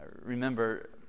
Remember